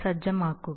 സജ്ജമാക്കുക